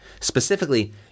Specifically